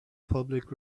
public